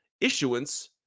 issuance